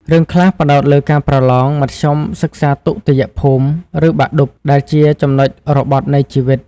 រឿងខ្លះផ្តោតលើការប្រឡង មធ្យមសិក្សាទុតិយភូមិ ឬបាក់ឌុប ដែលជាចំណុចរបត់នៃជីវិត។